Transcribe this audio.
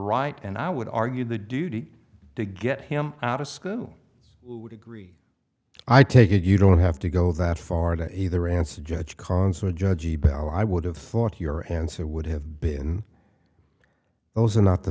right and i would argue the duty to get him out of school i would agree i take it you don't have to go that far to either answer judge concert judge ebell i would have thought your answer would have been those are not the